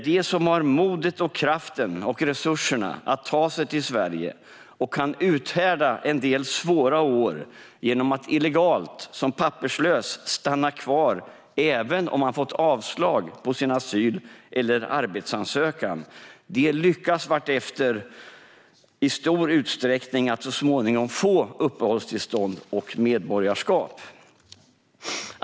De som har modet, kraften och resurserna att ta sig till Sverige och kan uthärda en del svåra år genom att illegalt, som papperslös, stanna kvar även om man har fått avslag på sin asyl eller arbetsansökan lyckas vartefter i stor utsträckning att så småningom få uppehållstillstånd och medborgarskap.